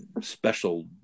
special